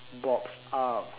box up